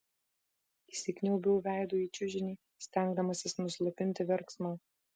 įsikniaubiau veidu į čiužinį stengdamasis nuslopinti verksmą